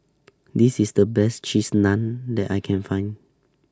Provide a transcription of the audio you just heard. This IS The Best Cheese Naan that I Can Find